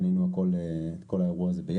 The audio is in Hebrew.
ואיתם בנינו את כל האירוע הזה.